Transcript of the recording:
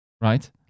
Right